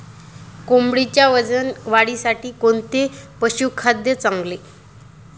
कोंबडीच्या वजन वाढीसाठी कोणते पशुखाद्य चांगले?